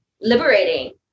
liberating